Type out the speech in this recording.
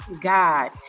God